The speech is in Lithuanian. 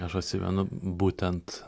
aš atsimenu būtent